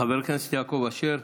חבר הכנסת יעקב אשר,